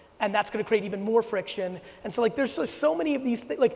and that's going to create even more friction and so like there's so so many of these, like,